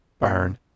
Burn